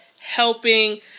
helping